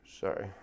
Sorry